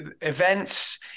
events